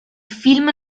film